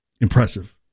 Impressive